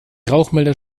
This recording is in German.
rauchmelder